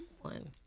one